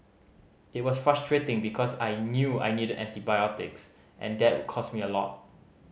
it was frustrating because I knew I needed antibiotics and that would cost me a lot